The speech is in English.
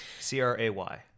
C-R-A-Y